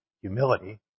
humility